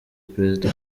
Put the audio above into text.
perezida